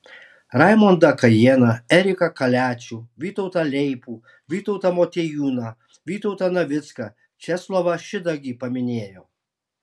raimondą kajėną eriką kaliačių vytautą leipų vytautą motiejūną vytautą navicką česlovą šidagį paminėjo